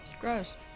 Gross